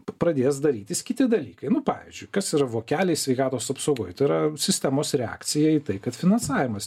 pradės darytis kiti dalykai nu pavyzdžiui kas yra vokeliai sveikatos apsaugoj tai yra sistemos reakcija į tai kad finansavimas